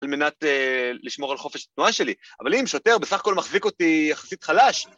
‫על מנת לשמור על חופש התנועה שלי. ‫אבל אם, שוטר, בסך הכול ‫מחזיק אותי יחסית חלש.